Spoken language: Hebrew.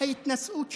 ההתנשאות שלכם.